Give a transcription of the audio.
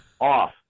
Off